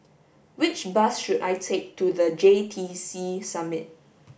which bus should I take to The J T C Summit